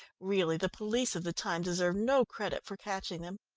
really the police of the time deserve no credit for catching them.